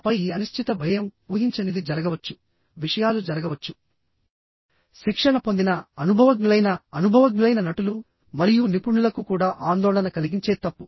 ఆపై ఈ అనిశ్చిత భయంఊహించనిది జరగవచ్చు విషయాలు జరగవచ్చు శిక్షణ పొందినఅనుభవజ్ఞులైన అనుభవజ్ఞులైన నటులు మరియు నిపుణులకు కూడా ఆందోళన కలిగించే తప్పు